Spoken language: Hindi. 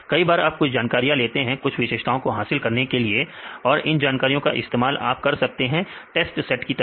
कई बार आप कुछ जानकारियां लेते हैं कुछ विशेषताओं को हासिल करने के लिए और इन जानकारियों का इस्तेमाल आप कर सकते हैं टेस्ट सेट की तरह